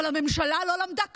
אבל הממשלה לא למדה כלום,